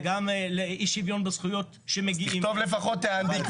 וגם אי שוויון בזכויות שמגיעות להם.